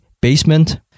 basement